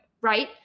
Right